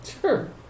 Sure